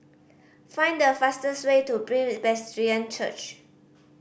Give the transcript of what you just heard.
find the fastest way to Presbyterian Church